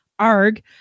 Arg